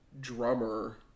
drummer